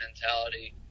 mentality